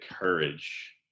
courage